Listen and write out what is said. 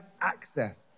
access